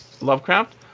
Lovecraft